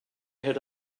had